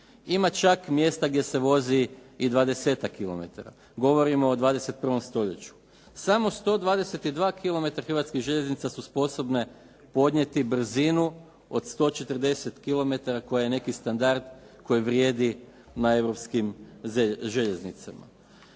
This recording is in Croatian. Ima čak mjesta gdje se vozi i 20-ak kilometara. Govorimo o 21. stoljeću. Samo 122 kilometra hrvatskih željeznica su sposobne podnijeti brzinu od 140 kilometara koji je neki standard koji vrijedi na europskim željeznicama.